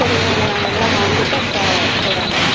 சரிங்க மேம் நாங்கள் எல்லா வாங்கிவிட்டு அப்புறம் சொல்றோங்க மேம்